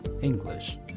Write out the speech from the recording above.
English